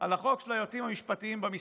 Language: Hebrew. על החוק של היועצים המשפטיים במשרדים